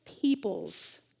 peoples